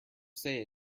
say